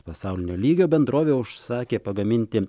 pasaulinio lygio bendrovė užsakė pagaminti